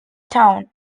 town